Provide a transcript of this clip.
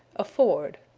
afford.